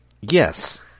Yes